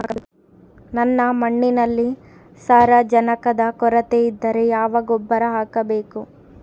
ನನ್ನ ಮಣ್ಣಿನಲ್ಲಿ ಸಾರಜನಕದ ಕೊರತೆ ಇದ್ದರೆ ಯಾವ ಗೊಬ್ಬರ ಹಾಕಬೇಕು?